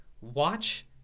watch